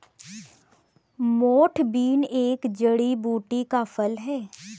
मोठ बीन एक जड़ी बूटी का फल है